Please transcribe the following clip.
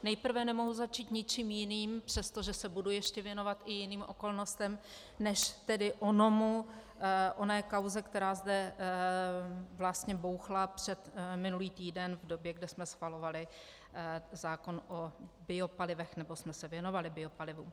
Nejprve nemohu začít ničím jiným, přestože se budu ještě věnovat i jiným okolnostem než tedy oné kauze, která zde vlastně bouchla minulý týden v době, kdy jsme schvalovali zákon o biopalivech, nebo jsme se věnovali biopalivům.